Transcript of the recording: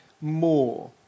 more